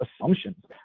assumptions